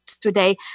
today